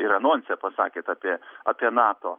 ir anonse pasakėt apie apie nato